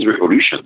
revolution